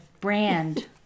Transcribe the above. brand